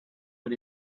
but